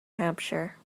hampshire